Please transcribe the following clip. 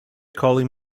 calling